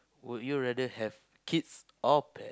would you rather have kids or pet